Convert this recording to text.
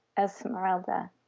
Esmeralda